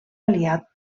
aliat